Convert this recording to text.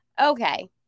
Okay